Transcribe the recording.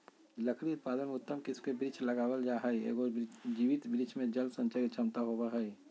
लकड़ी उत्पादन में उत्तम किस्म के वृक्ष लगावल जा हई, एगो जीवित वृक्ष मे जल संचय के क्षमता होवअ हई